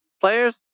Players